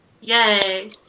Yay